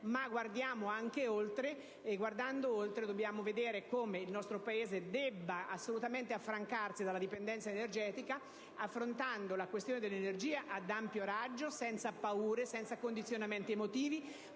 ma guardiamo anche oltre. E guardando oltre, dobbiamo vedere come il nostro Paese debba assolutamente affrancarsi dalla dipendenza energetica affrontando la questione dell'energia ad ampio raggio, senza paure o condizionamenti emotivi,